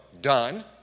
done